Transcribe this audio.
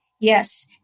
Yes